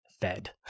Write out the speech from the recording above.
fed